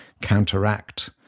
counteract